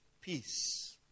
peace